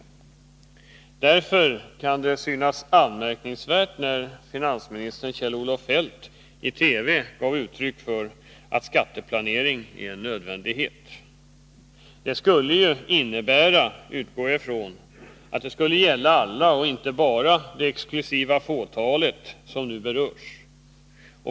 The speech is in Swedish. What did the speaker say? Mot denna bakgrund var det anmärkningsvärt när finansminister Kjell Olof Feldt i TV gav uttryck för att skatteplanering är en nödvändighet. Det skulle såvitt jag förstår syfta på alla och inte bara det exklusiva fåtal som nu berörs.